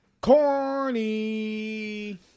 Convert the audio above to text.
Corny